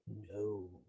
No